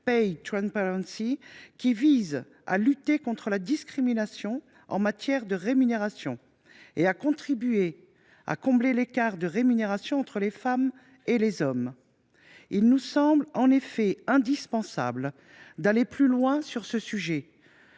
dite, qui vise à lutter contre la discrimination en matière de rémunérations et à contribuer à combler l’écart de rémunération entre les femmes et les hommes. Il nous semble en effet indispensable d’aller plus loin sur ce sujet.